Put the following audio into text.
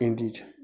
اِنڈیاہٕچ